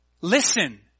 Listen